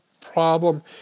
problem